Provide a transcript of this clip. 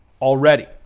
already